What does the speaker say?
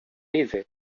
easy